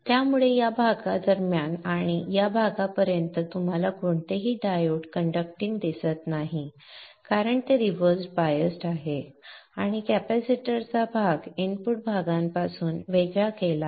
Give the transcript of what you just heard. त्यामुळे या भागादरम्यान आणि या भागापर्यंत कोणतेही डायोड कण्डक्टींग दिसत नाहीत कारण ते रिव्हर्स बायस्ड आहेत आणि कॅपेसिटरचा भाग इनपुट भागापासून वेगळा केला आहे